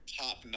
top